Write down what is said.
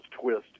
twist